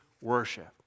worship